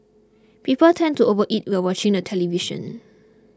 people tend to overeat while watching the television